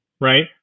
right